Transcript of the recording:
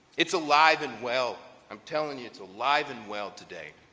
it's alive and well. i'm telling you it's alive and well today.